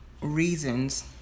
reasons